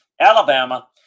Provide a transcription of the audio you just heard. Alabama